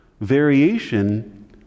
variation